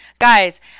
Guys